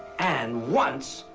and once,